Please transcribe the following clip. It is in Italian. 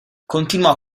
continuò